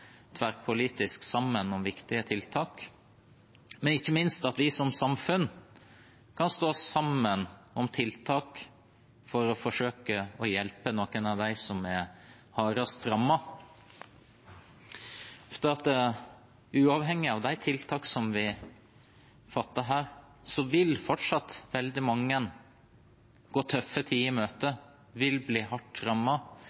tverrpolitisk om viktige tiltak, men ikke minst at vi som samfunn kan stå sammen om tiltak for å forsøke å hjelpe noen av dem som er hardest rammet. Uavhengig av de tiltakene vi fatter her, vil fortsatt veldig mange gå tøffe tider i